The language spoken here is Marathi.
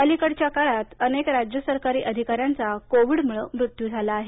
अलीकडच्या काळात अनेक राज्य सरकारी अधिकाऱ्यांचा कोविडमुळे मृत्यू झाला आहे